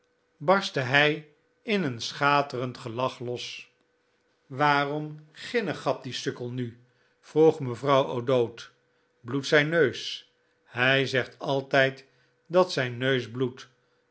barstte hij in een schaterend gelach los waarom ginnegapt die sukkel nu vroeg mevrouw o'dowd bloedt zijn neus hij zegt altijd dat zijn neus bloedt